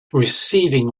receiving